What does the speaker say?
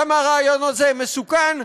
כמה הרעיון הזה מסוכן,